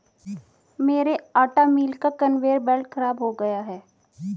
मेरे आटा मिल का कन्वेयर बेल्ट खराब हो गया है